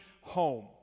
home